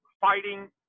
fighting